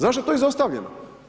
Zašto je to izostavljeno?